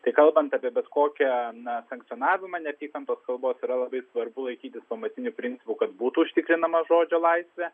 tai kalbant apie bet kokią na sankcionavimą neapykantos kalbos yra labai svarbu laikytis pamatinių principų kad būtų užtikrinama žodžio laisvė